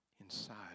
inside